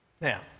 now